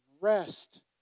rest